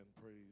praise